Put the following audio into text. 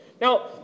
Now